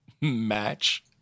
match